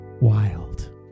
wild